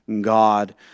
God